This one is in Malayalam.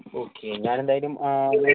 ഓക്കെ ഞാനെന്തായാലും